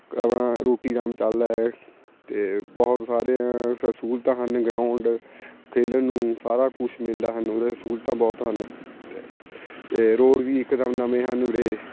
ਆਪਣਾ ਰੋਟੀ ਅਰਾਮ ਚੱਲਦਾ ਹੈ ਅਤੇ ਬਹੁਤ ਸਾਰੇ ਸ ਸਹੂਲਤਾਂ ਹਨ ਗਰਾਊਂਡ ਖੇਡਣ ਨੂੰ ਸਾਰਾ ਕੁਛ ਮਿਲਦਾ ਹਨ ਉਰੇ ਸਹੂਲਤਾਂ ਬਹੁਤ ਹਨ ਅਤੇ ਰੋਡ ਵੀ ਇੱਕ ਦਮ ਨਵੇਂ ਹਨ ਉਰੇ